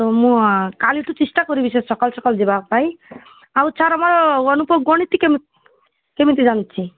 ତ ମୁଁ କାଲିଠୁ ଚେଷ୍ଟା କରିବି ସେ ସଖାଳୁ ସଖାଳୁ ଯିବା ପାଇଁ ଆଉ ଛାଡ଼ ମ ଅନୁପ ଗଣିତ କେମିତି କେମିତି ଜାନୁଛି